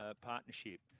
partnership